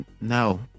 No